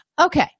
Okay